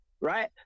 right